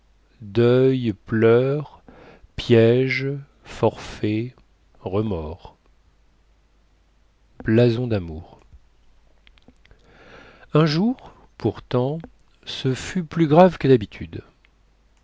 deuils plours pièges forfaitz remord blason damour un jour pourtant ce fut plus grave que dhabitude